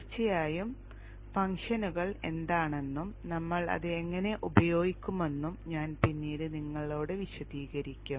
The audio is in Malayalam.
തീർച്ചയായും ഫംഗ്ഷനുകൾ എന്താണെന്നും നമ്മൾ അത് എങ്ങനെ ഉപയോഗിക്കുമെന്നും ഞാൻ പിന്നീട് നിങ്ങളോട് വിശദീകരിക്കും